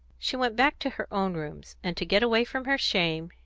she went back to her own rooms and to get away from her shame,